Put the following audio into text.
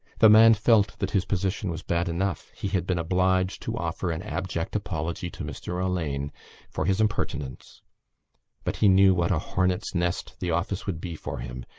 the man felt that his position was bad enough. he had been obliged to offer an abject apology to mr. alleyne for his impertinence but he knew what a hornet's nest the office would be for him.